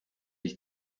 ich